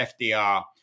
FDR